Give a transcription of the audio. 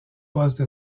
poste